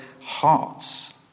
hearts